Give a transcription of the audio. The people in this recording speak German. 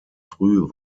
früh